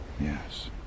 Yes